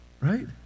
Right